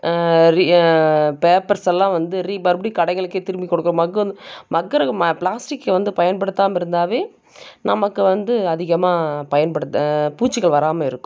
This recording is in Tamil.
பேப்பர்ஸ் எல்லாம் வந்து ரீ மறுபடியும் கடைகளுக்கே திரும்பி கொடுக்கம் போது பிளாஸ்டிக்கை வந்து பயன்படுத்தாமல் இருந்தாலே நமக்கு வந்து அதிகமாக பயன்படுத்த பூச்சிகள் வராமல் இருக்கும்